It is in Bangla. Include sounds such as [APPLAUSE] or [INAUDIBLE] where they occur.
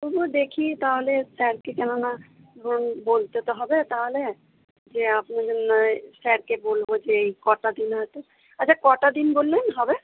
তবু দেখি তাহলে স্যারকে কেন না [UNINTELLIGIBLE] বলতে তো হবে তাহলে যে [UNINTELLIGIBLE] নয় স্যারকে বলব যে এই কটা দিন [UNINTELLIGIBLE] আচ্ছা কটা দিন বললেন হবে